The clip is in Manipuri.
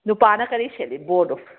ꯅꯨꯄꯥꯅ ꯀꯔꯤ ꯁꯦꯠꯂꯤ ꯕꯣꯔꯗꯣ